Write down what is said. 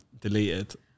deleted